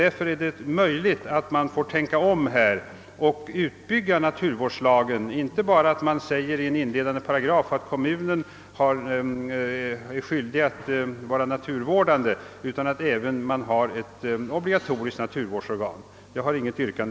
Därför är det möjligt att man får tänka om och utbygga naturvårdslagen så, att den inte bara i en inledande paragraf säger att kommun är skyldig att vara naturvårdande utan också föreskriver att kommunen skall ha ett naturvårdsorgan. Herr talman! Jag har inget yrkande.